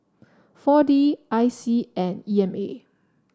four D I C and E M A